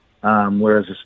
Whereas